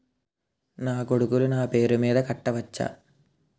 నా కొడుకులు నా పేరి మీద కట్ట వచ్చా?